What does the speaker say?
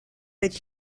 that